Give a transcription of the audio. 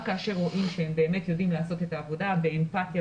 כאשר רואים שהם באמת יודעים לעשות את העבודה באמפתיה,